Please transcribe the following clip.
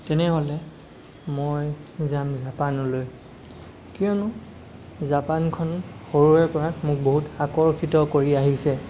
তেনেহ'লে মই যাম জাপানলৈ কিয়নো জাপানখন সৰুৰে পৰা মোক বহুত আকৰ্ষিত কৰি আহিছে